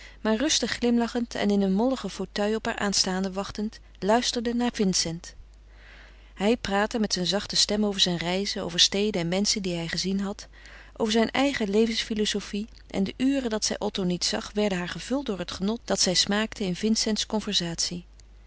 maar rustig glimlachend en in een molligen fauteuil op haar aanstaande wachtend luisterde naar vincent hij praatte met zijn zachte stem over zijn reizen over steden en menschen die hij gezien had over zijn eigene levensfilozofle en de uren dat zij otto niet zag werden haar gevuld door het genot dat zij smaakte in vincents conversatie